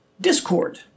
Discord